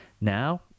Now